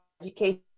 education